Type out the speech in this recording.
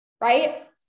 right